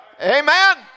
Amen